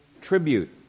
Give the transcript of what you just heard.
tribute